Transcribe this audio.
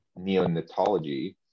neonatology